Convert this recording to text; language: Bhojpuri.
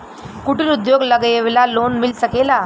कुटिर उद्योग लगवेला लोन मिल सकेला?